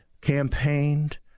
campaigned